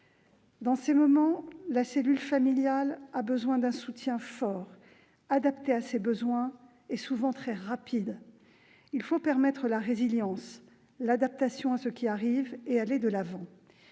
Dans ces moments, la cellule familiale a besoin d'un soutien fort, adapté à ses besoins, rapide. Il faut favoriser la résilience, l'adaptation à ce qui arrive, et aller de l'avant.